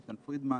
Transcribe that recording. איתן פרידמן,